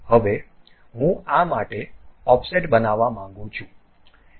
હવે હું આ માટે ઓફસેટ બનાવા માંગું છું